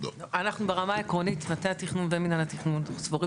אנחנו ברמה העקרונית גם מטה התכנון וגם מנהל התכנון סבורים